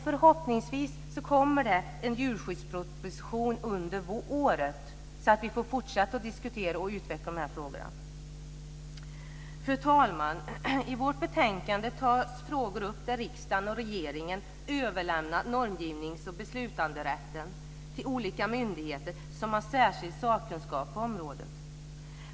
Förhoppningsvis kommer det en djurskyddsproposition under året så att vi får fortsätta att diskutera och utveckla de här frågorna. Fru talman! I vårt betänkande tas frågor upp där riksdagen och regeringen överlämnat normgivningsoch beslutanderätten till olika myndigheter som har särskild sakkunskap på området.